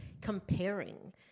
comparing